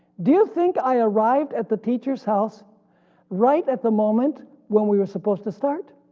do you think i arrived at the teacher's house right at the moment when we were supposed to start?